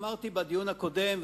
אמרתי בדיון הקודם,